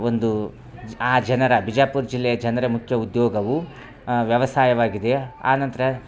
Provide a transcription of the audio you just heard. ಒಂದು ಆ ಜನರ ಬಿಜಾಪುರ ಜಿಲ್ಲೆಯ ಜನರ ಮುಖ್ಯ ಉದ್ಯೋಗವು ವ್ಯವಸಾಯವಾಗಿದೆ ಆನಂತರ